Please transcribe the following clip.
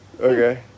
Okay